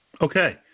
Okay